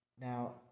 Now